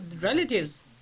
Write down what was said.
relatives